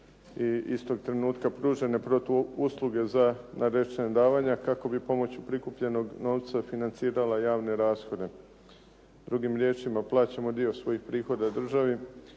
i istog trenutka pružene usluge za …/Govornik se ne razumije/… davanja kako bi pomoć prikupljenog novca financirala javne rashode. Drugim riječima, plaćamo dio svojih prihoda svojoj